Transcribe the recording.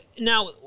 now